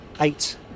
Eight